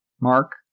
Mark